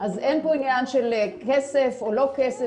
אז אין פה עניין של כסף או לא כסף,